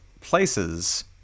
places